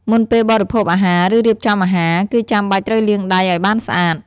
មុនពេលបរិភោគអាហារ ឬរៀបចំអាហារ គឺចាំបាច់ត្រូវលាងដៃឱ្យបានស្អាត។